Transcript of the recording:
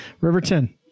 Riverton